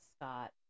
scott